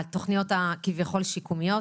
התוכניות הכביכול שיקומיות.